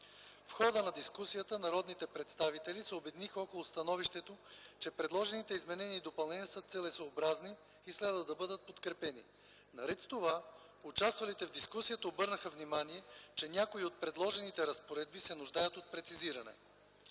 В хода на дискусията народните представители се обединиха около становището, че предложените изменения и допълнения са целесъобразни и следва да бъдат подкрепени. Наред с това участвалите в дискусията обърнаха внимание, че някои от предложените разпоредби се нуждаят от прецизиране.